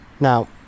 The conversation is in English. Now